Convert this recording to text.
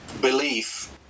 belief